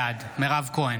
בעד מירב כהן,